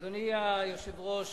אדוני היושב-ראש,